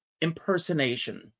impersonation